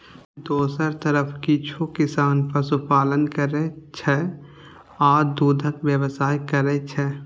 दोसर तरफ किछु किसान पशुपालन करै छै आ दूधक व्यवसाय करै छै